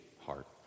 heart